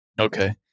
Okay